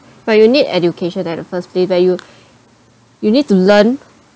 but you need education at the first place where you you need to learn